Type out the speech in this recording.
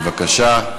בבקשה.